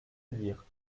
lire